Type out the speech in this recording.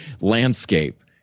landscape